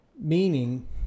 Meaning